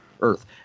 earth